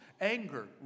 anger